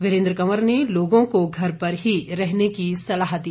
वीरेन्द्र कंवर ने लोगों को घरों पर ही रहने की सलाह दी